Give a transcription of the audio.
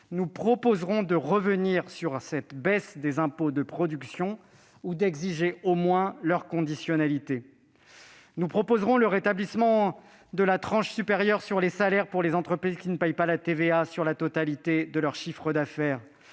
nous proposerons de revenir sur cette baisse des impôts de production ou d'exiger au moins leur conditionnalité. Nous proposerons le rétablissement de la tranche supérieure de la taxe sur les salaires pour les entreprises qui ne sont pas assujetties à la TVA sur la totalité de leur chiffre d'affaires